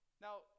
Now